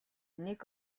нэг